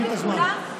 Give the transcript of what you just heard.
עוד כמה דקות,